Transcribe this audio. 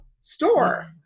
store